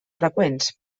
freqüents